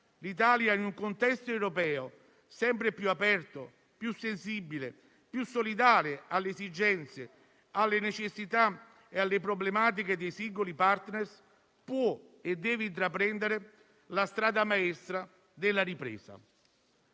l'Italia, in un contesto europeo sempre più aperto, più sensibile e più solidale alle esigenze, alle necessità e alle problematiche dei singoli *partner*, può e deve intraprendere la strada maestra della ripresa.